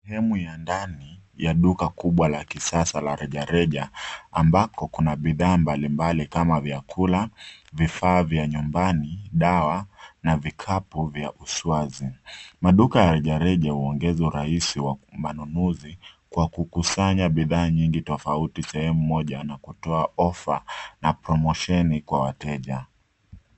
Sehemu ya ndani ya duka kubwa la kisasa la reja reja ambako kuna bidhaa mbalimbali kama vyakula, vifaa vya nyumbani, dawa na vikapu vya uswazi. Maduka ya reja reja huongeza urahisi wa manunuzi kwa kukusanya bidhaa nyingi tofauti sehemu moja na kutoa (cs) offer (cs) na promosheni kwa wateja.